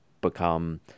become